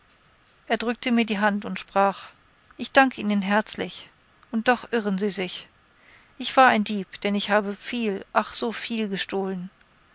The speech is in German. er drückte mir die hand und sprach ich danke ihnen herzlich und doch irren sie sich ich war ein dieb denn ich habe viel ach so viel gestohlen